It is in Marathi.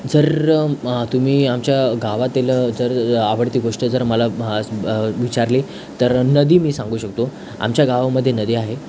जर तुम्ही आमच्या गावातील जर आवडती गोष्ट जर मला म्हास् ब् विचारली तर नदी मी सांगू शकतो आमच्या गावामध्ये नदी आहे